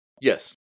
Yes